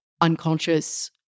unconscious